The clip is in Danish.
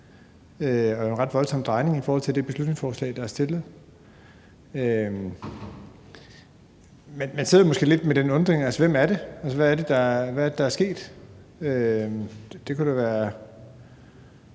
og en ret voldsom drejning i forhold til det beslutningsforslag, der er fremsat. Men man sidder måske lidt med den undren: Hvem er det? Hvad er det, der er sket? Det kunne da være